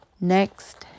Next